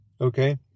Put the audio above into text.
Okay